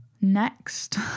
next